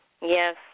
Yes